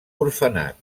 orfenat